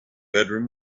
bedroom